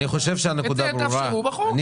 את זה תאפשרו בחוק.